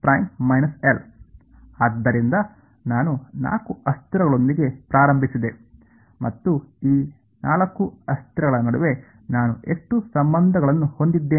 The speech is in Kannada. ಆದ್ದರಿಂದ ನಾನು 4 ಅಸ್ಥಿರಗಳೊಂದಿಗೆ ಪ್ರಾರಂಭಿಸಿದೆ ಮತ್ತು ಈ 4 ಅಸ್ಥಿರಗಳ ನಡುವೆ ನಾನು ಎಷ್ಟು ಸಂಬಂಧಗಳನ್ನು ಹೊಂದಿದ್ದೇನೆ